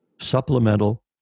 supplemental